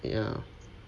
ya